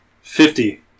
Fifty